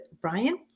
Brian